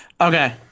Okay